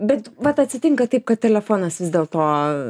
bet vat atsitinka taip kad telefonas vis dėlto